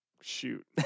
Shoot